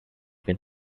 been